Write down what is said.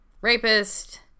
rapist